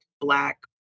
black